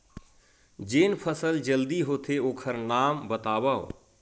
जेन फसल जल्दी होथे ओखर नाम बतावव?